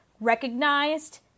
recognized